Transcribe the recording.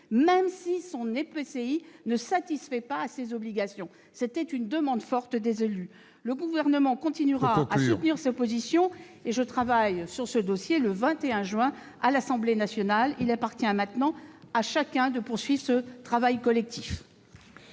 même si son EPCI ne satisfait pas, lui, à ces obligations. C'était là une demande forte des élus. Il faut conclure ! Le Gouvernement continuera à soutenir cette position. Je travaillerai sur ce dossier le 21 juin à l'Assemblée nationale. Il appartient maintenant à chacun de poursuivre cette oeuvre collective.